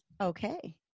Okay